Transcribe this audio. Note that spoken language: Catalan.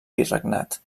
virregnat